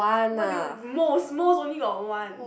what do you most most only got one